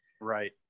right